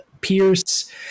pierce